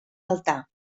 altar